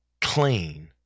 clean